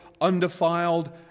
undefiled